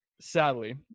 sadly